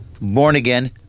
born-again